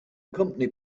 company